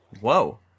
Whoa